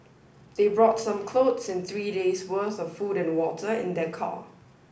they brought some clothes and three days' worth of food and water in their car